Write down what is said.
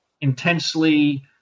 intensely